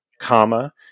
comma